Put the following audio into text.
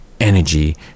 energy